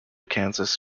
kansas